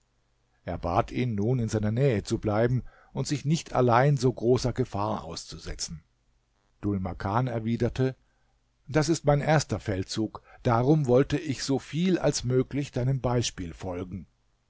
er bat ihn nun in seiner nähe zu bleiben und sich nicht allein so großer gefahr auszusetzen dhul makan erwiderte das ist mein erster feldzug darum wollte ich so viel als möglich deinem beispiel folgen